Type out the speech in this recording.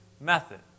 method